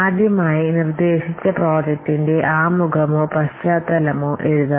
ആദ്യമായി നിർദേശിച്ച പ്രോജക്ടിന്റെ ആമുഖമോ പശ്ചാതലമോ എഴുതണം